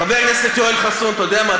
חבר הכנסת יואל חסון, אתה יודע מה?